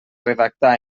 redactar